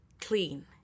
clean